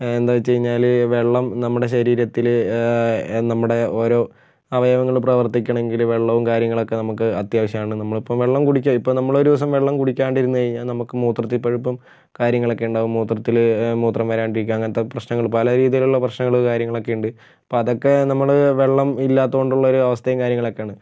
എന്താ വെച്ചുകഴിഞ്ഞാൽ വെള്ളം നമ്മുടെ ശരീരത്തിൽ നമ്മുടെ ഓരോ അവയവങ്ങൾ പ്രവർത്തിക്കണമെങ്കിൽ വെള്ളവും കാര്യങ്ങളൊക്കെ നമുക്ക് അത്യാവശ്യമാണ് നമ്മളിപ്പോൾ വെള്ളം കുടിക്കുക ഇപ്പോൾ നമ്മളൊരു ദിവസം വെള്ളം കുടിക്കാണ്ടിരുന്ന് കഴിഞ്ഞാൽ നമുക്ക് മൂത്രത്തിൽ പഴുപ്പും കാര്യങ്ങളൊക്കെയുണ്ടാകും മൂത്രത്തിൽ മൂത്രം വരാണ്ടിരിക്കുക അങ്ങനത്തെ പ്രശ്നങ്ങൾ പല രീതിയിലുള്ള പ്രശ്നങ്ങൾ കാര്യങ്ങളൊക്കെയുണ്ട് അപ്പം അതൊക്കെ നമ്മൾ വെള്ളം ഇല്ലാത്തതു കൊണ്ടുള്ളൊരു അവസ്ഥയും കാര്യങ്ങളൊക്കെയാണ്